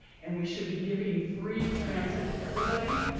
and we should be giving free transit to everybody.